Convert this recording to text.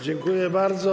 Dziękuję bardzo.